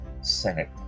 Senate